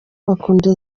bakunda